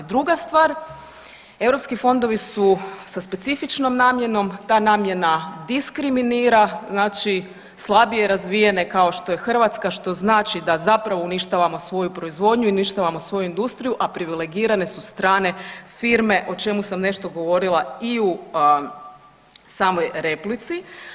Druga stvar, eu fondovi su sa specifičnom namjenom, ta namjena diskriminira, znači slabije razvijene kao što je Hrvatska što znači da zapravo uništavamo svoju proizvodnju i uništavamo svoju industriju, a privilegirane su strane firme o čemu sam nešto govorila i u samoj replici.